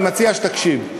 אני מציע שתקשיב.